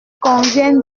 convient